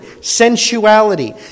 sensuality